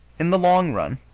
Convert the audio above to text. in the long run,